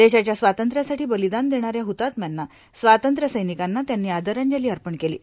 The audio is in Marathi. देशाच्या स्वातंत्र्यासाठी र्बालदान देणाऱ्या हुतात्म्यांना स्वातंत्र्यसैनिकांना त्यांनी आदरांजलां अपण केलां